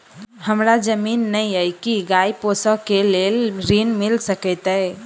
हमरा जमीन नै अई की गाय पोसअ केँ लेल ऋण मिल सकैत अई?